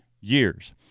years